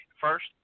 first